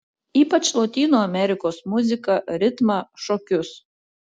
ypač lotynų amerikos muziką ritmą šokius